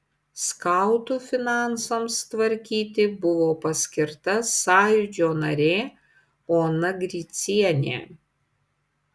skautų finansams tvarkyti buvo paskirta sąjūdžio narė ona gricienė